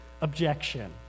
objection